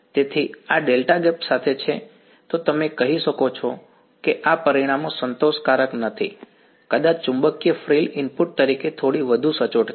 તેથી આ delta gap સાથે છે તો તમે કહી શકો છો કે આ પરિણામો સંતોષકારક નથી કદાચ ચુંબકીય ફ્રિલ ઇનપુટ તરીકે થોડી વધુ સચોટ છે